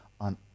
on